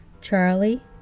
Charlie